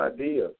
idea